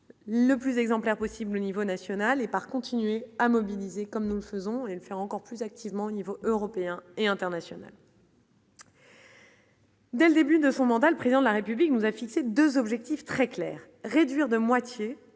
le plus exemplaire possible au niveau national et part continuer à mobiliser comme nous faisons elle fait encore plus activement au niveau européen et international. Dès le début de son mandat, le président de la République nous a fixé 2 objectifs très clairs : réduire de moitié